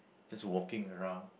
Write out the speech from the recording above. just walking around